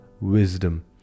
wisdom